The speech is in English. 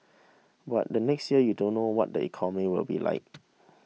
but then next year you don't know what the economy will be like